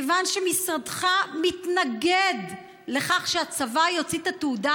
כיוון שמשרדך מתנגד לכך שהצבא יוציא את התעודה